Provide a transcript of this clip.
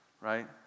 Right